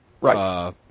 Right